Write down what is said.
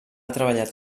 treballat